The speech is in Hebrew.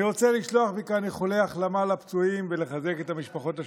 אני רוצה לשלוח מכאן איחולי החלמה לפצועים ולחזק את המשפחות השכולות.